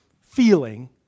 feeling